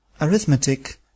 Arithmetic